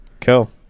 Cool